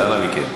אז אנא מכם.